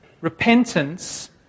Repentance